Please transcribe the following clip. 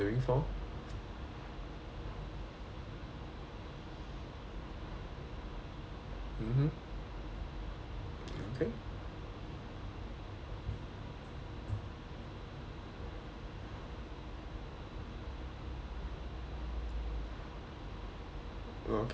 mmhmm okay uh okay